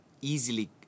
easily